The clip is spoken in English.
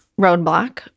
roadblock